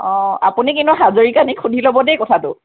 অ আপুনি কিন্তু হাজৰিকানীক সুধি ল'ব দেই কথাটো